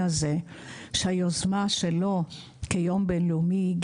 שהיוזמה שלו כיום בינלאומי,